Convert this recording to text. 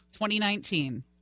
2019